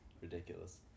ridiculous